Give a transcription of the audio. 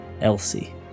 Elsie